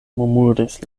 murmuris